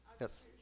Yes